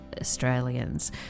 Australians